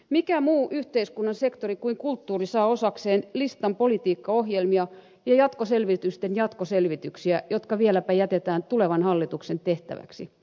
mikä muu yhteiskunnan sektori kuin kulttuuri saa osakseen listan politiikkaohjelmia ja jatkoselvitysten jatkoselvityksiä jotka vieläpä jätetään tulevan hallituksen tehtäväksi